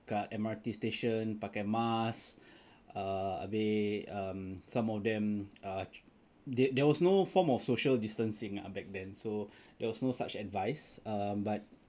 kat M_R_T station pakai mask habis um some of them err they there was no form of social distancing ah back then so there was no such advice but